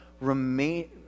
remain